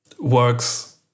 works